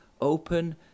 open